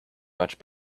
much